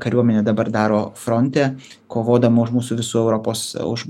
kariuomenė dabar daro fronte kovodama už mūsų visų europos už